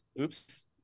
oops